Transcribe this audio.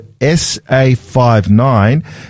SA59